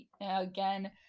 again